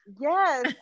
Yes